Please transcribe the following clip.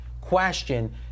Question